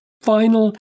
final